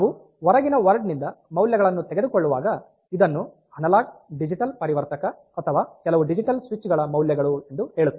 ನಾವು ಹೊರಗಿನ ವರ್ಡ್ ನಿಂದ ಮೌಲ್ಯಗಳನ್ನು ತೆಗೆದುಕೊಳ್ಳುವಾಗ ಇದನ್ನು ಅನಲಾಗ್ ಡಿಜಿಟಲ್ ಪರಿವರ್ತಕ ಅಥವಾ ಕೆಲವು ಡಿಜಿಟಲ್ ಸ್ವಿಚ್ ಗಳ ಮೌಲ್ಯಗಳು ಎಂದು ಹೇಳುತ್ತೇವೆ